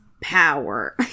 power